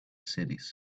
cities